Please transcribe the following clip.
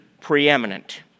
preeminent